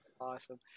Awesome